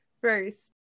first